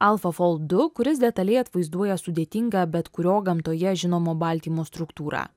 alfa fold du kuris detaliai atvaizduoja sudėtingą bet kurio gamtoje žinomo baltymo struktūrą